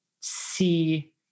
see